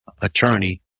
attorney